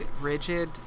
rigid